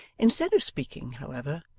instead of speaking, however,